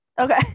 okay